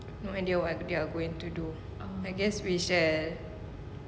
no idea what they are going to do I guess we shall